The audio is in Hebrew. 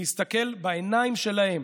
להסתכל בעיניים שלהם